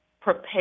prepare